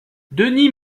denis